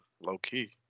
low-key